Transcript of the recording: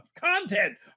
content